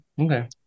Okay